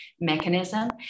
mechanism